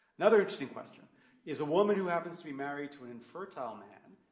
another interesting question is a woman who happens to be married to an infertile man,